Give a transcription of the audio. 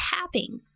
tapping